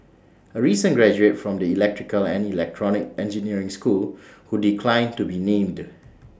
A recent graduate from the electrical and electronic engineering school who declined to be named